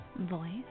Voice